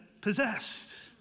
possessed